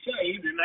saved